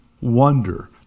wonder